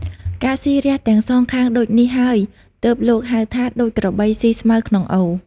ការស៊ីរះទាំងសងខាងដូចនេះហើយ ទើបលោកហៅថា ដូចក្របីស៊ីស្មៅក្នុងអូរ ។